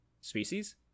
species